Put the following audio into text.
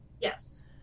Yes